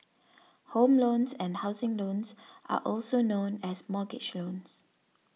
home loans and housing loans are also known as mortgage loans